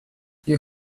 you